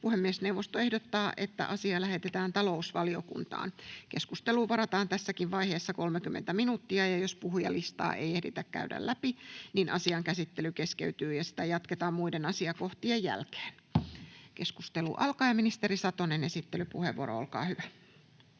Puhemiesneuvosto ehdottaa, että asia lähetetään talousvaliokuntaan. Keskusteluun varataan tässäkin vaiheessa 30 minuuttia. Jos puhujalistaa ei ehditä käydä läpi, asian käsittely keskeytyy ja sitä jatketaan muiden asiakohtien jälkeen. — Keskustelu alkaa. Ministeri Satonen, esittelypuheenvuoro, olkaa hyvä.